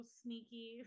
sneaky